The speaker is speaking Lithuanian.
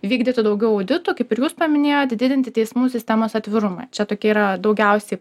vykdytų daugiau auditų kaip ir jūs paminėjot didinti teismų sistemos atvirumą čia tokia yra daugiausiai